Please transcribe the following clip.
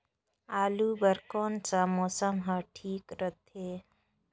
आलू बार कौन सा मौसम ह ठीक रथे?